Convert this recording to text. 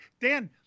Dan